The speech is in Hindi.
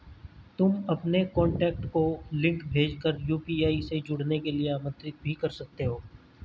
तुम अपने कॉन्टैक्ट को लिंक भेज कर यू.पी.आई से जुड़ने के लिए आमंत्रित भी कर सकते हो